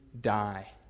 die